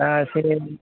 दा एसे